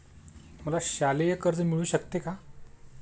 मला शालेय कर्ज मिळू शकते का?